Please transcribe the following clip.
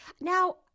Now